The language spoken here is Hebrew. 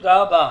תודה רבה.